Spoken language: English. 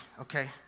okay